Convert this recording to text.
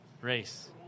race